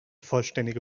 vollständige